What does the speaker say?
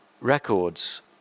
records